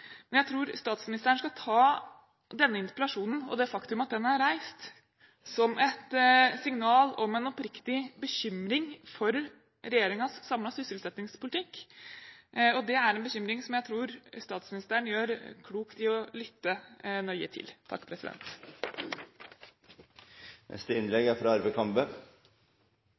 Jeg tror statsministeren skal ta denne interpellasjonen og det faktum at den er reist, som et signal om en oppriktig bekymring for regjeringens samlede sysselsettingspolitikk. Det er en bekymring som jeg tror statsministeren gjør klokt i å lytte nøye til.